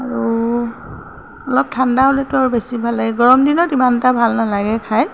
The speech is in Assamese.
আৰু অলপ ঠাণ্ডা হ'লেতো আৰু বেছি ভাল লাগে গৰম দিনত ইমান এটা ভাল নালাগে খায়